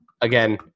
Again